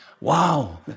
wow